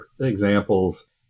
examples